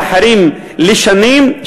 ואחרים לשנים,